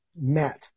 met